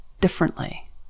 differently